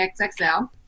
xxl